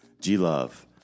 G-Love